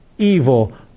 evil